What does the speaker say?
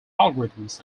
algorithms